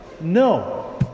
No